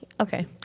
Okay